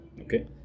Okay